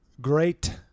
Great